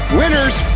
winners